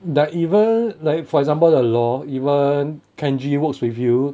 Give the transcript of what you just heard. like even like for example the law even kenji works with you